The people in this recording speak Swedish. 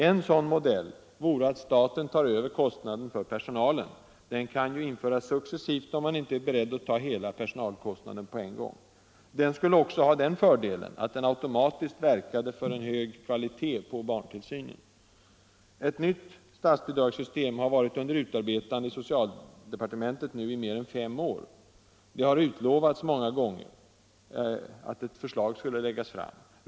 En sådan modell vore att staten tar över kostnaden för personalen. Den kan ju införas successivt om man inte är beredd att ta hela personalkostnaden på en gång. Den skulle också ha den fördelen att den automatiskt verkade för en hög kvalitet på barntillsynen. Ett nytt statsbidragssystem har varit under utarbetande i socialdepartementet i mer än fem år nu. Det har utlovats många gånger att ett förslag skulle läggas fram.